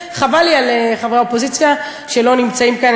חבל לי על חברי האופוזיציה שלא נמצאים כאן,